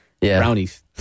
brownies